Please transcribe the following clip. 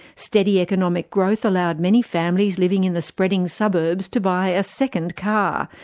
steady economic growth allowed many families living in the spreading suburbs to buy a second car,